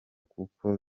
kuko